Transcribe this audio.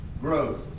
growth